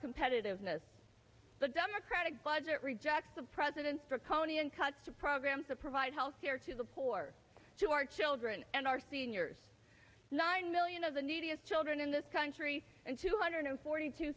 competitiveness the democratic budget rejects the president for kone and cuts to programs that provide healthcare to the poor to our children and our seniors nine million of the neediest children in this country and two hundred forty two